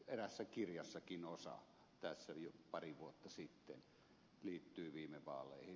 eräässä kirjassakin osa tässä jo pari vuotta sitten liittyy viime vaaleihin